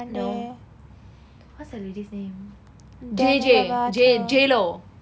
no what's the lady's name J J J lo